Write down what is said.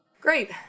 Great